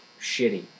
shitty